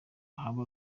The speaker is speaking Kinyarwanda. haba